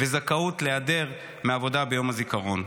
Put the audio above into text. וזכאות להיעדר מהעבודה ביום הזיכרון.